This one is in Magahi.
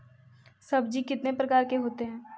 सब्जी कितने प्रकार के होते है?